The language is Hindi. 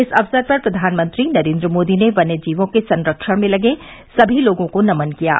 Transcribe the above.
इस अवसर पर प्रधानमंत्री नरेंद्र मोदी ने वन्यजीवों के संरक्षण में लगे सभी लोगों को नमन किया है